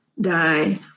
die